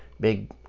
Big